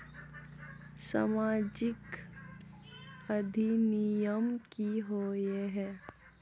सामाजिक अधिनियम की होय है?